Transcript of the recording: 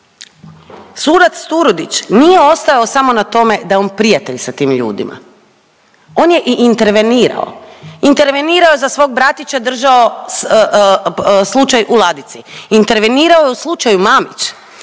sudac Turudić nije ostao samo na tome da je on prijatelj sa tim ljudima, on je i intervenirao, intervenirao je za svog bratića i držao slučaj u ladici. Intervenirao je i u slučaju Mamić